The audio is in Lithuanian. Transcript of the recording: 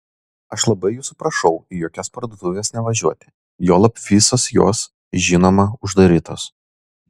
aš labai jūsų prašau į jokias parduotuves nevažiuoti juolab visos jos žinoma uždarytos